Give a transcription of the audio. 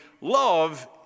love